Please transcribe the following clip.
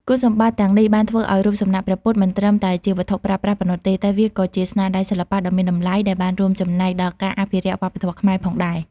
គុណសម្បត្តិទាំងនេះបានធ្វើឱ្យរូបសំណាកព្រះពុទ្ធមិនត្រឹមតែជាវត្ថុប្រើប្រាស់ប៉ុណ្ណោះទេ តែវាក៏ជាស្នាដៃសិល្បៈដ៏មានតម្លៃដែលបានរួមចំណែកដល់ការអភិរក្សវប្បធម៌ខ្មែរផងដែរ។